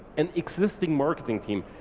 an existing marketing team.